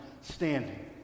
standing